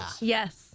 Yes